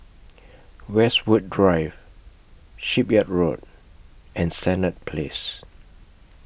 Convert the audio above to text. Westwood Drive Shipyard Road and Senett Place